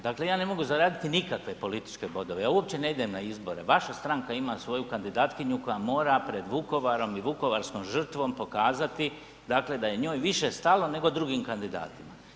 Dakle ja ne mogu zaraditi nikakve političke bodove, ja uopće ne idem na izbore, vaša stranka ima svoju kandidatkinju koja mora pred Vukovarom i vukovarskom žrtvom pokazati dakle da je njoj više stalo nego drugim kandidatima.